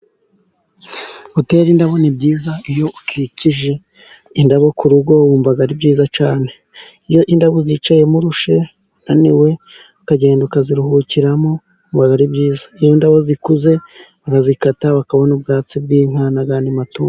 Gutera indabo ni byiza. Iyo ukikije indabo ku rugo wumva ari byiza cyane. Iyo indabo uzicayemo urushye unaniwe, ukagenda ukaziruhukiramo, wumva ari byiza. Iyo indabo zikuze barazikata, bakabona ubwatsi bw'inka n'andi matungo.